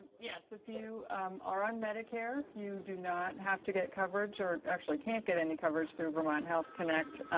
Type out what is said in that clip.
yes. if you are on medicare, you do not have to get coverage or actually can't get any coverage through vermont health connect,